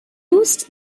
used